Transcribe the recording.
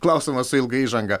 klausimą su ilga įžanga